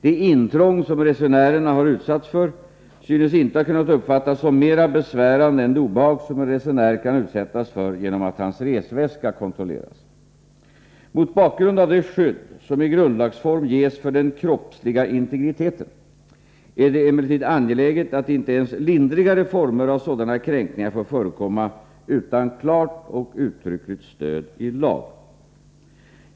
Det intrång som resenärerna har utsatts för synes inte ha kunnat uppfattas som mera besvärande än det obehag som en resenär kan utsättas för genom att hans resväska kontrolleras. Mot bakgrund av det skydd som i grundlagsform ges för den kroppsliga integriteten är det emellertid angeläget att inte ens lindrigare former av sådana kränkningar får förekomma utan klart och uttryckligt stöd i lag.